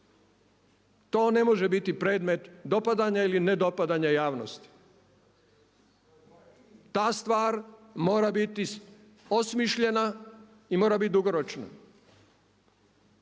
To ne može biti predmet dopadanja ili ne dopadanja javnosti. Ta stvar mora biti osmišljena i mora biti dugoročna